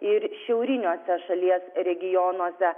ir šiauriniuose šalies regionuose